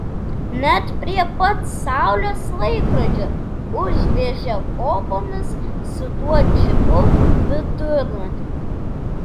net prie pat saulės laikrodžio užvežė kopomis su tuo džipu vidurnaktį